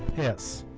yes